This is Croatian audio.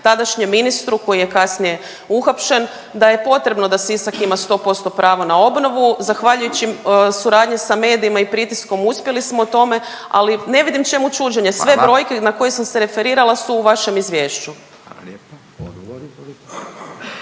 tadašnjem ministru koji je kasnije uhapšen da je potrebno da Sisak ima 100% pravo na obnovu. Zahvaljujući suradnji sa medijima i pritiskom uspjeli smo u tome, ali ne vidim čemu čuđenje…/Upadica Radin: Hvala./…sve brojke na koje sam se referirala su u vašem izvješću.